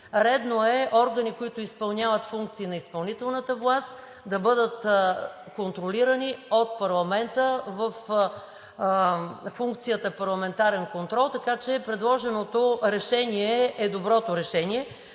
Редно е органи, които изпълняват функции на изпълнителната власт, да бъдат контролирани от парламента във функцията „парламентарен контрол“. Така че предложеното решение е доброто решение.